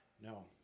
No